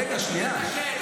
רגע, שנייה.